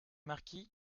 marquis